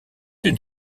une